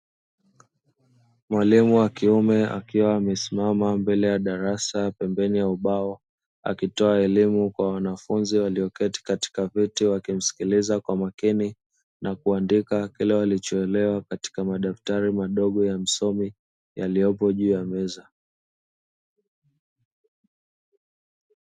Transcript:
Mwalimu wa kiume akiwa amesimama mbele ya darasa pembeni ya ubao, akitoa elimu kwa wanafunzi walioketi katika viti wakimsikiliza kwa makini na kuandika kile walichoelewa kwenye madaftari madogo ya msomi yaliyopo juu ya meza.